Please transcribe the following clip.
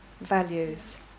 values